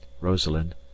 Rosalind